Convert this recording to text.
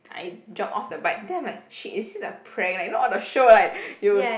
I drop off the bike then I'm like shit is this a prank like you know all the show like you